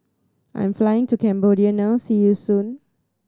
I am flying to Cambodia now see you soon